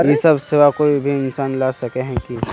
इ सब सेवा कोई भी इंसान ला सके है की?